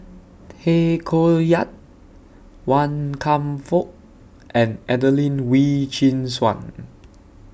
Tay Koh Yat Wan Kam Fook and Adelene Wee Chin Suan